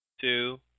two